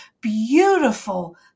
beautiful